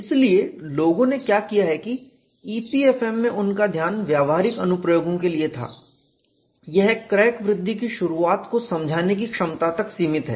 इसीलिए लोगों ने क्या किया है EPFM में उनका ध्यान व्यावहारिक अनुप्रयोगों के लिए था यह क्रैक वृद्धि की शुरुआत को समझाने की क्षमता तक सीमित है